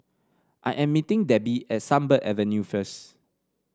I am meeting Debbi at Sunbird Avenue first